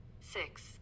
Six